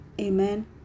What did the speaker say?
Amen